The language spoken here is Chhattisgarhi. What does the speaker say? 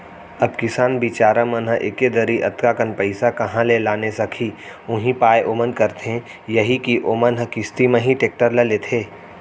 अब किसान बिचार मन ह एके दरी अतका कन पइसा काँहा ले लाने सकही उहीं पाय ओमन करथे यही के ओमन ह किस्ती म ही टेक्टर ल लेथे